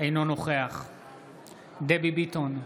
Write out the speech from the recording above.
אינו נוכח דבי ביטון,